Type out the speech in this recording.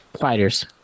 fighters